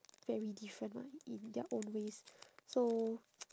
very different [one] in their own ways so